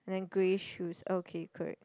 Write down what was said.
and then grey shoes okay correct